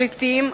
הפליטים,